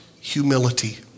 Humility